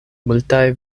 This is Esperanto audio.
multaj